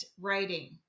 writing